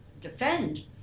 defend